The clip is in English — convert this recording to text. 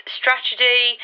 strategy